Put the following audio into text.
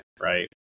Right